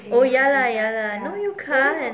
oh ya ya ya ya 哪里可能